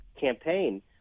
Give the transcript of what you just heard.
campaign